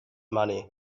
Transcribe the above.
money